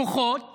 כוחות